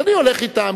אז אני הולך אתם,